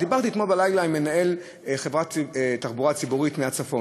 דיברתי אתמול בלילה עם מנהל חברת תחבורה ציבורית מהצפון,